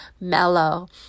mellow